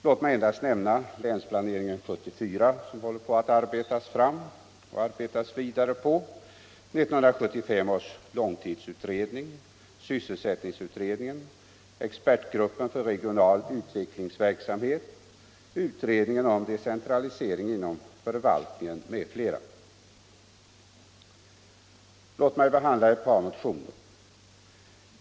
Låt mig endast nämna Länsplanering 1974, som man håller på att arbeta fram, 1975 års långtidsutredning, sysselsättningsutredningen, expertgruppen för regional utvecklingsverksamhet, utredningen om decentralisering inom förvaltningen m.fl. Låt mig behandla ett par motioner.